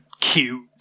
cute